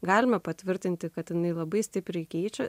galima patvirtinti kad jinai labai stipriai keičia